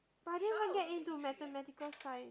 but I didn't even get into Mathematical Science